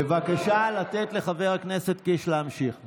בבקשה לתת לחבר הכנסת קיש להמשיך.